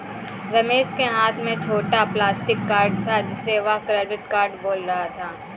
रमेश के हाथ में छोटा प्लास्टिक कार्ड था जिसे वह क्रेडिट कार्ड बोल रहा था